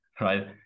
right